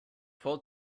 full